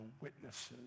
witnesses